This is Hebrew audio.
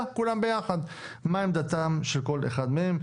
כולם ביחד מה עמדתם של כל אחד מהם.